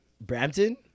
Brampton